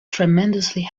tremendously